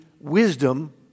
wisdom